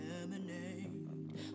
lemonade